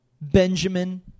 Benjamin